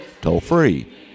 toll-free